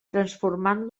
transformant